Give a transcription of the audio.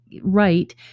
right